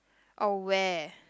oh where